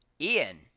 Ian